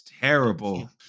Terrible